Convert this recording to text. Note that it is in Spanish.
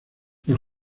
los